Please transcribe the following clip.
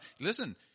listen